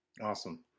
Awesome